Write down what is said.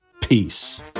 Peace